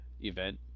event